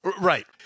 Right